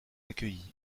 accueilli